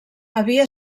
havia